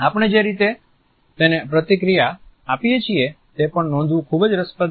આપણે જે રીતે તેને પ્રતિક્રિયા આપીએ છીએ તે પણ નોંધવું ખૂબ જ રસપ્રદ છે